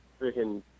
freaking